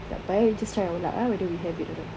takpe we just try our luck whether we have it or not